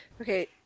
Okay